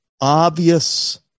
obvious